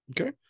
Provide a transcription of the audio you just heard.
Okay